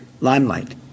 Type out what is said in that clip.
limelight